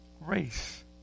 race